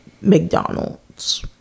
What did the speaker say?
mcdonald's